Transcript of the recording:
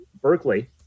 Berkeley